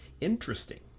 interesting